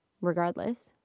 regardless